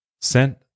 sent